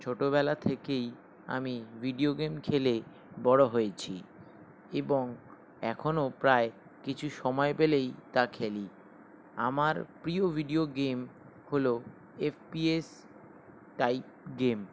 ছোটবেলা থেকেই আমি ভিডিও গেম খেলে বড় হয়েছি এবং এখনো প্রায় কিছু সময় পেলেই তা খেলি আমার প্রিয় ভিডিও গেম হলো এফপিএস টাইপ গেম